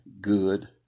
good